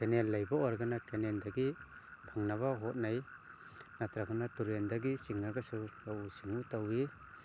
canal ꯂꯩꯕ ꯑꯣꯏꯔꯒꯅ ꯀꯦꯅꯦꯜꯗꯒꯤ ꯐꯪꯅꯕ ꯍꯣꯠꯅꯩ ꯅꯠꯇ꯭ꯔꯒꯅ ꯇꯨꯔꯦꯟꯗꯒꯤ ꯆꯤꯡꯉꯒꯁꯨ ꯂꯧꯎ ꯁꯤꯡꯎ ꯇꯧꯋꯤ